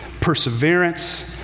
perseverance